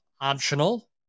optional